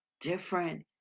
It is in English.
different